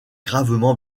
gravement